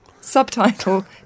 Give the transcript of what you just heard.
subtitle